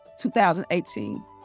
2018